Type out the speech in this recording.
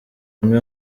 zimwe